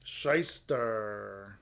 Shyster